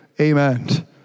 Amen